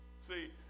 See